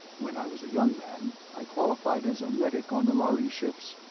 when i was a young man, i qualified as a medic on the lhari ships,